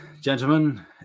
gentlemen